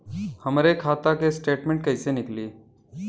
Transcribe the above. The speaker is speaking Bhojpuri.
हमरे खाता के स्टेटमेंट कइसे निकली?